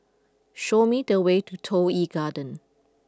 show me the way to Toh Yi Garden